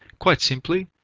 quite simply,